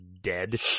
dead